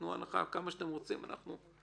תנו הנחה כמה שאתם רוצים, אנחנו נעלה.